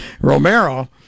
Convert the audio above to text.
Romero